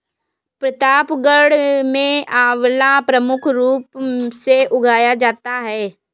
प्रतापगढ़ में आंवला प्रमुख रूप से उगाया जाता है